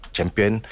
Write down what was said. Champion